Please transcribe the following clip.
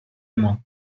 moi